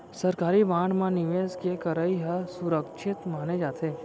सरकारी बांड म निवेस के करई ह सुरक्छित माने जाथे